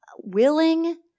willing